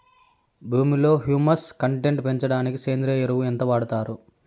భూమిలో humus content పెంచడానికి సేంద్రియ ఎరువు ఎంత వాడుతారు